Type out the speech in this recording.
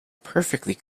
perfectly